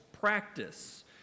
practice